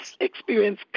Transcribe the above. experience